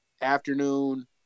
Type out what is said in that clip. afternoon